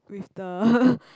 with the